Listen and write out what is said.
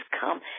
come